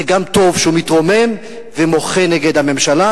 זה גם טוב שהוא מתרומם ומוחה נגד הממשלה.